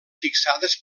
fixades